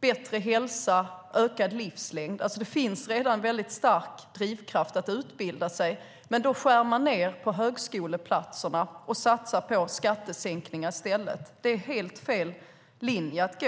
bättre hälsa och ökad livslängd. Det finns alltså redan en väldigt stark drivkraft att utbilda sig, men då skär man ned på högskoleplatserna och satsar på skattesänkningar i stället. Det är helt fel väg att gå.